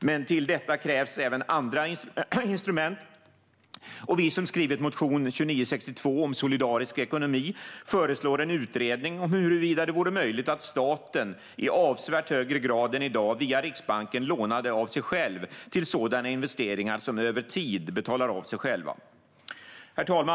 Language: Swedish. Men till detta krävs även andra instrument, och vi som skrivit motion 2962 om solidarisk ekonomi föreslår en utredning om huruvida det vore möjligt att staten i avsevärt högre grad än i dag via Riksbanken lånade av sig själv till sådana investeringar som över tid betalar av sig själva. Herr talman!